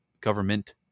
government